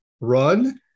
run